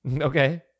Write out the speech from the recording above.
Okay